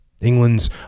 England's